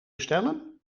bestellen